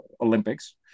Olympics